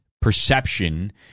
perception